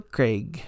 Craig